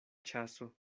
ĉaso